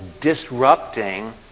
disrupting